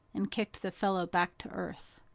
and kicked the fellow back to earth.